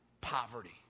poverty